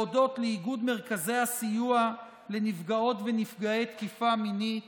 להודות לאיגוד מרכזי הסיוע לנפגעות ונפגעי תקיפה מינית